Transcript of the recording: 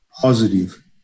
positive